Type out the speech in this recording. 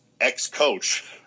ex-coach